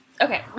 Okay